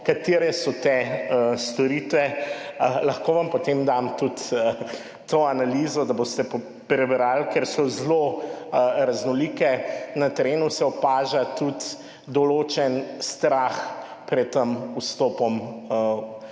katere so te storitve. Lahko vam potem dam tudi to analizo, da boste prebrali, ker so zelo raznolike. Na terenu se opaža tudi določen strah pred vstopom